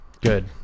Good